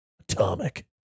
Atomic